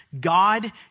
God